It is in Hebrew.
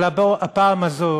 אבל הפעם הזו